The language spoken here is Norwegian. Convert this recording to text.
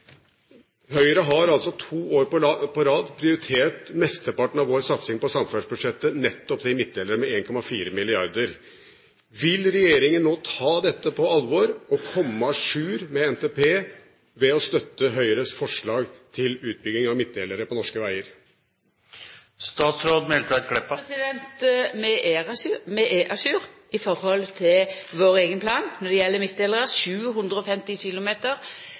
Høyre har altså to år på rad prioritert mesteparten av sin satsing på samferdselsbudsjettet nettopp til midtdelere, med 1,4 mrd. kr. Vil regjeringen nå ta dette på alvor og komme à jour med NTP ved å støtte Høyres forslag til utbygging av midtdelere på norske veier? Vi er à jour i forhold til vår eigen plan når det gjeld midtdelarar – 750 km